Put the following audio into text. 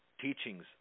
teachings